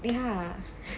ya